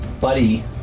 buddy